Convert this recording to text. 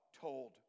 told